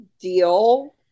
deal